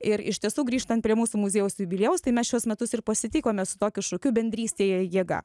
ir iš tiesų grįžtant prie mūsų muziejaus jubiliejaus tai mes šiuos metus ir pasitikome su tokiu šūkiu bendrystėje jėga